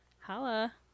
holla